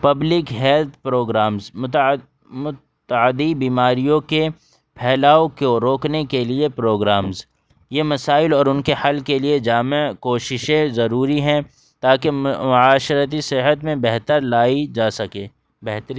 public health programmes متعد متعدی بیماریوں کے پھیلاؤ کو روکنے کے لیے پروگرامز یہ مسائل اور ان کے حل کے لیے جامع کوششیں ضروری ہیں تاکہ معاشرتی صحت میں بہتر لائے جا سکے بہتری